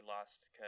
lost